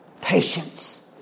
patience